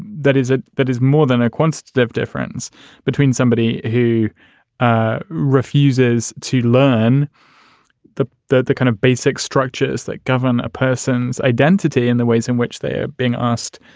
that is it that is more than a quantitative difference between somebody who ah refuses to learn the the kind of basic structures that govern a person's identity and the ways in which they are being asked.